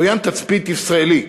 לוויין תצפית ישראלי,